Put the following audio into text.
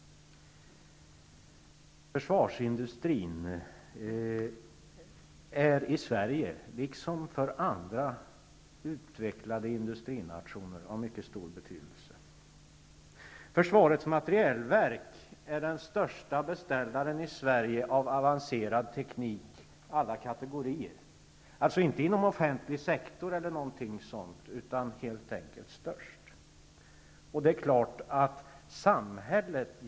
Försvarsindustrin är i Sverige, liksom i andra utvecklade industrinationer, av mycket stor betydelse. Försvarets materielverk är den största beställaren i Sverige av avancerad teknik alla kategorier, inte enbart inom den offentliga sektorn.